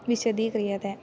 विषदीक्रियते